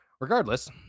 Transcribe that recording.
Regardless